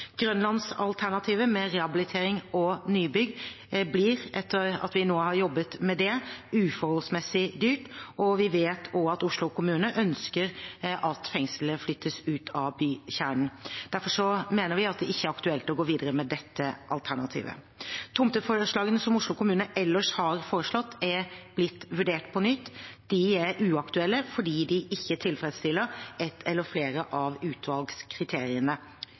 Grønlandsalternativet med rehabilitering og nybygg blir, etter at vi nå har jobbet med det, uforholdsmessig dyrt, og vi vet også at Oslo kommune ønsker at fengslet flyttes ut av bykjernen. Derfor mener vi at det ikke er aktuelt å gå videre med dette alternativet. Tomtene som Oslo kommune ellers har foreslått, er blitt vurdert på nytt. De er uaktuelle fordi de ikke tilfredsstiller ett eller flere av utvalgskriteriene.